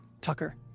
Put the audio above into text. tucker